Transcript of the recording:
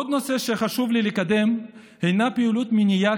עוד נושא שחשוב לי לקדם הוא פעילות מניעה